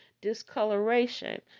discoloration